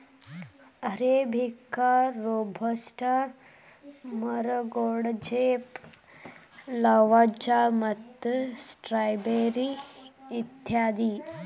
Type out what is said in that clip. arabica, robusta, ಮರಗೋಡಜೇಪ್, Lavazza ಮತ್ತು ಸ್ಕೈಬರಿ ಇತ್ಯಾದಿ